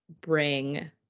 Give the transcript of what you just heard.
bring